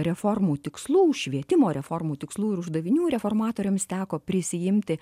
reformų tikslų švietimo reformų tikslų ir uždavinių reformatoriams teko prisiimti